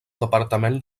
departament